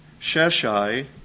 Sheshai